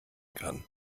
kann